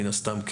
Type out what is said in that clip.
מן הסתם,